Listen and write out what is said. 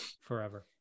forever